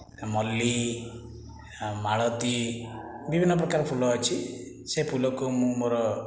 ମଲ୍ଲି ମାଳତୀ ବିଭିନ୍ନ ପ୍ରକାର ଫୁଲ ଅଛି ସେ ଫୁଲକୁ ମୁଁ ମୋର